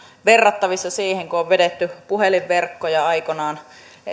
verrattavissa siihen kun on vedetty puhelinverkkoja aikoinaan